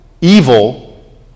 evil